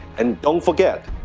and don't forget,